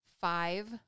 five